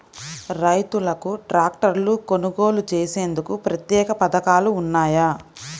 రైతులకు ట్రాక్టర్లు కొనుగోలు చేసేందుకు ప్రత్యేక పథకాలు ఉన్నాయా?